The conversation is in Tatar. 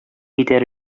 итәр